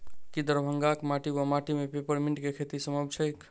की दरभंगाक माटि वा माटि मे पेपर मिंट केँ खेती सम्भव छैक?